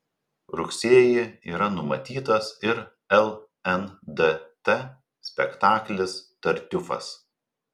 rugsėjį yra numatytas ir lndt spektaklis tartiufas